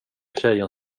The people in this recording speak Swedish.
tjejen